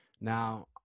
now